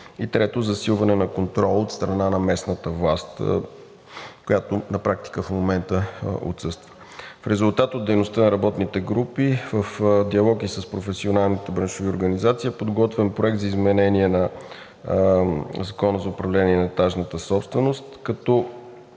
Трето, засилване на контрола от страна на местната власт, която на практика в момента отсъства. В резултат на дейността на работните групи, в диалог с професионалните браншови организации, е подготвен проект за изменение на Закона за управление на етажната собственост, като